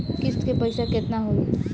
किस्त के पईसा केतना होई?